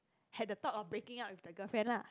had the thought of breaking up with the girlfriend lah